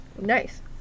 nice